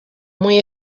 muy